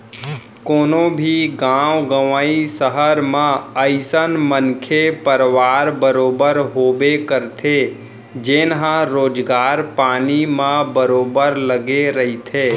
कोनो भी गाँव गंवई, सहर म अइसन मनखे परवार बरोबर होबे करथे जेनहा रोजगार पानी म बरोबर लगे रहिथे